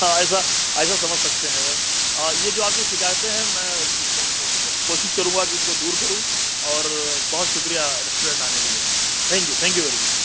ہاں ایسا ایسا سمجھ سکتے ہیں اگر یہ جو آپ کی شکایتیں ہیں میں کوشش کروں گا کہ ان کو دور کروں اور بہت شکریہ ریسٹورینٹ آنے کے لئے ma'am thank you thank you very much